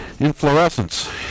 Inflorescence